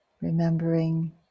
remembering